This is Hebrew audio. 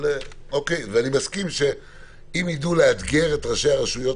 אני מסכים שאם ידעו לאתגר את ראשי הרשויות